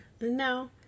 no